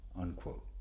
unquote